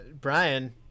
Brian